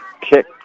Kick